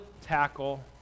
tackle